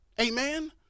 Amen